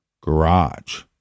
garage